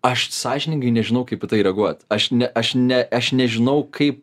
aš sąžiningai nežinau kaip į tai reaguot aš ne aš ne aš nežinau kaip